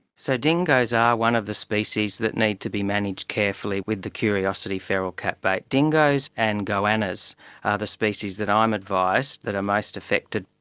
so dingoes are one of the species that need to be managed carefully with the curiosity feral cat bait. dingoes and goannas are the species that i am advised that are most affected.